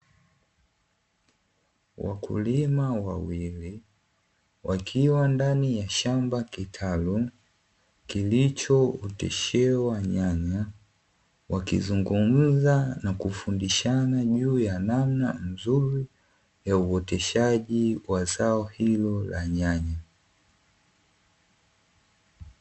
Wakulima wawili wakiwa ndani ya shamba kitalu kilichooteshewa nyanya, wakizungumza na kufundishana juu ya namna nzuri ya uoteshaji wa zao hilo la nyanya.